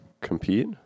compete